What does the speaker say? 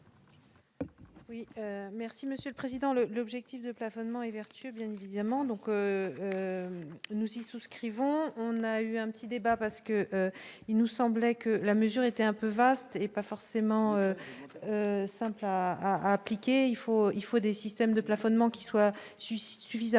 merci monsieur le président, le le objectif de plafonnement vertueux bien évidemment, donc nous y souscrivons on a eu un petit débat parce que il nous semblait que la mesure était un peu vaste, et pas forcément simple à appliquer, il faut, il faut des systèmes de plafonnement qui soit suscite suffisamment précis